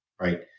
right